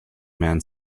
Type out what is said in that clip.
man